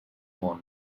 món